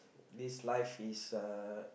this life is uh